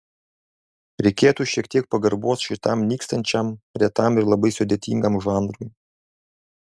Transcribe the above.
reikėtų šiek tiek pagarbos šitam nykstančiam retam ir labai sudėtingam žanrui